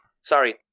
Sorry